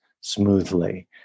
smoothly